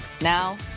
Now